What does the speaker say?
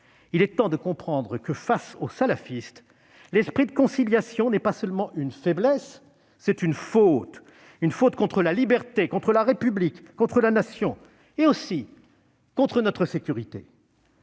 Il est temps de comprendre que, face aux salafistes, l'esprit de conciliation n'est pas seulement une faiblesse ; c'est une faute : une faute contre la liberté, contre la République, contre la Nation, et aussi contre notre sécurité.